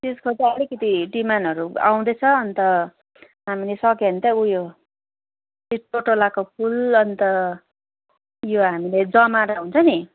त्यसको पो अलिकति डिमाण्डहरू आउँदैछ अन्त हामीले सक्यो भनी त उयो त्यो टोटोलाको फुल अन्त उयो हामीले जमरा हुन्छ नि